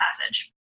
passage